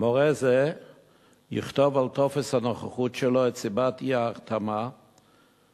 מורה זה יכתוב על טופס הנוכחות שלו את סיבת אי-ההחתמה בשעון,